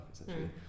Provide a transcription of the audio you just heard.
essentially